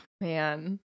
man